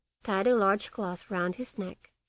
tied a large cloth round his neck,